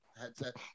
headset